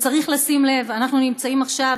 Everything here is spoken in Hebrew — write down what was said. וצריך לשים לב שאנחנו נמצאים עכשיו